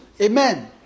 Amen